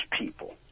people